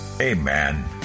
Amen